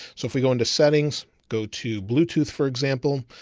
so if we go into settings, go to bluetooth, for example,